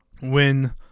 win